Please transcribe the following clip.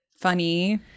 funny